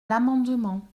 l’amendement